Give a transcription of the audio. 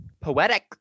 Poetic